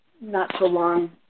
not-so-long